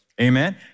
Amen